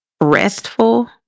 Restful